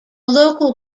local